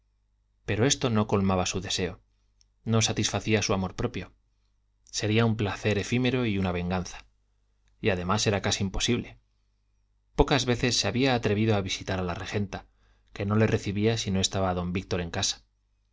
pero esto no colmaba su deseo no satisfacía su amor propio sería un placer efímero y una venganza y además era casi imposible pocas veces se había atrevido a visitar a la regenta que no le recibía si no estaba don víctor en casa